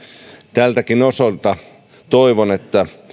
tältäkin osin toivon että